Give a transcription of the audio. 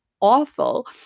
awful